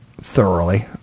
thoroughly